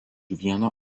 vieno